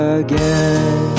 again